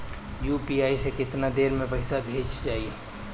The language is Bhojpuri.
यू.पी.आई से केतना देर मे पईसा भेजा जाई?